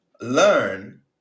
learn